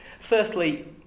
Firstly